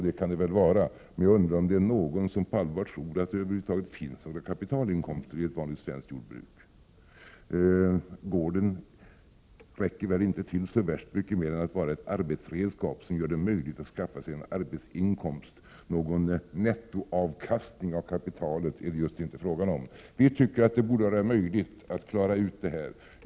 Det kan det väl vara, men jag undrar om det är någon som på allvar tror att det över huvud taget finns några kapitalinkomster i ett vanligt svenskt jordbruk. Gården räcker väl inte till så värst mycket mer än att vara ett arbetsredskap som gör det möjligt att skaffa sig en arbetsinkomst. Någon nettoavkastning av kapitalet är det just inte fråga om. Vi tycker att det borde vara möjligt att klara ut detta.